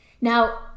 Now